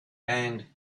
and